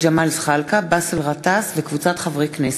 ג'מאל זחאלקה ובאסל גטאס וקבוצת חברי הכנסת,